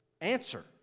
answer